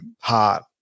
heart